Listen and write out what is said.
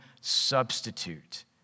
substitute